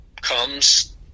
comes